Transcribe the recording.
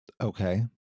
Okay